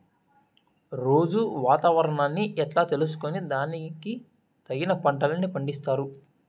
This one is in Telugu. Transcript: రోజూ వాతావరణాన్ని ఎట్లా తెలుసుకొని దానికి తగిన పంటలని పండిస్తారు?